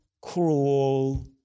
cruel